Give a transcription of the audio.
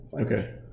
okay